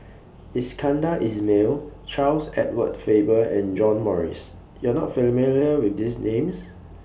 Iskandar Ismail Charles Edward Faber and John Morrice YOU Are not familiar with These Names